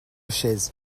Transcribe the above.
chaises